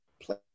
play